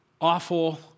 awful